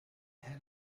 head